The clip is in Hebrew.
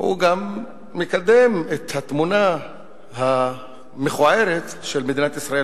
זה גם מקדם את התמונה המכוערת של מדינת ישראל